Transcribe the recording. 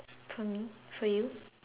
come again for you